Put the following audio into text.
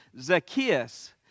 Zacchaeus